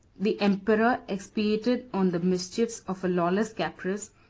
the emperor expiated on the mischiefs of a lawless caprice,